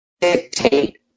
dictate